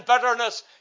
bitterness